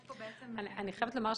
יש פה --- אני חייבת לומר,